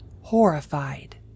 horrified